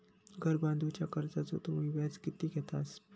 घर बांधूच्या कर्जाचो तुम्ही व्याज किती घेतास?